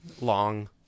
long